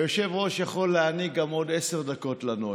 היושב-ראש יכול להעניק גם עוד עשר דקות לנואם.